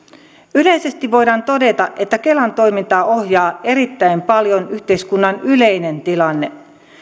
yleisesti voidaan todeta että kelan toimintaa ohjaa erittäin paljon yhteiskunnan yleinen tilanne